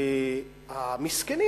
המסכנים,